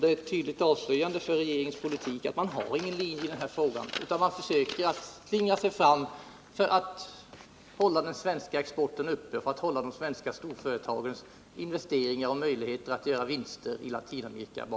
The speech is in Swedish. Det är tydligt avslöjande för regeringens politik att den inte har någon linje i denna fråga utan tvingar sig fram för att hålla den svenska exporten uppe, för att hålla de svenska storföretagen om ryggen, underlätta deras investeringar och säkra deras möjligheter att göra vinster i Latinamerika.